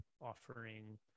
offering